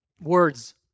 words